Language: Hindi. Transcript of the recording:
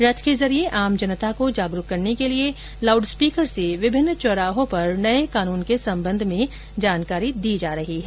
रथ के जरिये आम जनता को जागरूक करने के लिए लाउडस्पीकर से विभिन्न चौराहे पर नए कानून के संबंध में जानकारी दी जा रही है